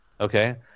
Okay